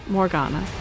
Morgana